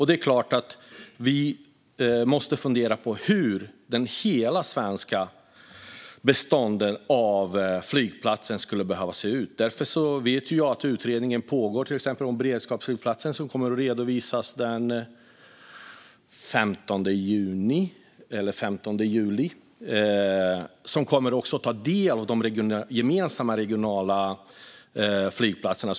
Det är klart att vi måste fundera på hur hela det svenska beståndet av flygplatser skulle behöva se ut. En utredning pågår till exempel om beredskapsflygplatser, som kommer att redovisas den 15 juni. Den kommer också att omfatta de gemensamma regionala flygplatserna.